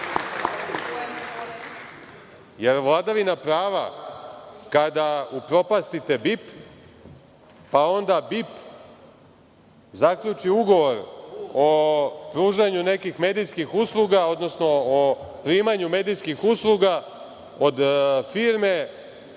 je vladavina prava kada upropastite BIP, pa onda BIP zaključi ugovor o pružanju nekih medijskih usluga, odnosno o primanju medijskih usluga od firme